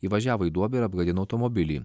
įvažiavo į duobę ir apgadino automobilį